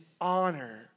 honor